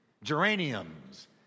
Geraniums